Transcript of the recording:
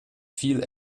viel